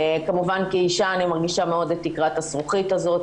כמובן כאישה אני מרגישה מאוד את תקרת הזכוכית הזאת,